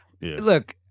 Look